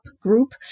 group